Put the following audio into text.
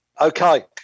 Okay